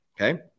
Okay